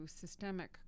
systemic